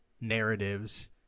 narratives